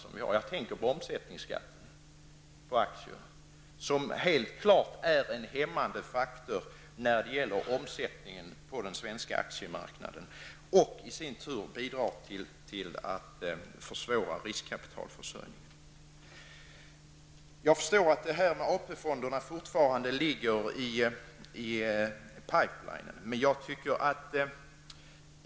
Jag tänker t.ex. på omsättningsskatten på aktier, som helt klart är en hämmande faktor när det gäller omsättningen på den svenska aktiemarknaden. Det i sin tur bidrar till att försvåra riskkapitalförsörjningen. Jag förstår att frågan om AP-fonderna ligger i en s.k. pipe-line.